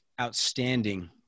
outstanding